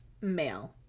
male